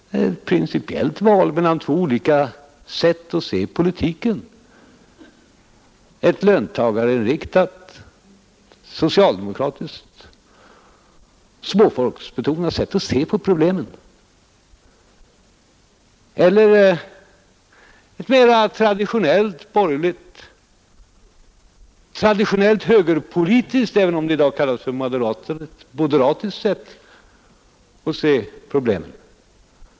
Det är ett principiellt val mellan två olika sätt att se politiken: ett löntagarinriktat socialdemokratiskt småfolksbetonat sätt att se på problemen och ett mera traditionellt borgerligt, traditionellt högerpolitiskt — även om det i dag kallas moderat — sätt att se problemen.